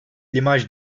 limaj